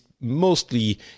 mostly